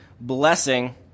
blessing